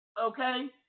Okay